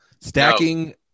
Stacking